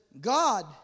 God